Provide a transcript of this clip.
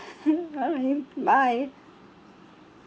alright bye